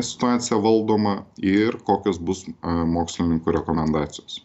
situacija valdoma ir kokios bus mokslininkų rekomendacijos